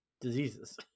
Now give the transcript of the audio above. diseases